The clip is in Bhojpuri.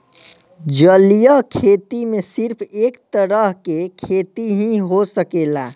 जलीय खेती में सिर्फ एक तरह के खेती ही हो सकेला